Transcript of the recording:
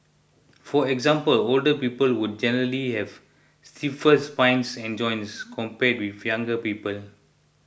for example older people would generally have stiffer spines and joints compared with younger people